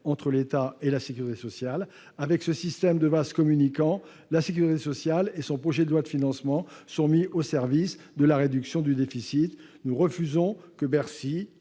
entre l'État et la sécurité sociale : par ce système de vases communicants, la sécurité sociale et son projet de loi de financement sont mis au service de la réduction du déficit. Nous refusons que Bercy